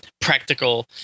practical